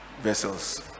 Vessels